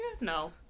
No